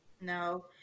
No